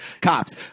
Cops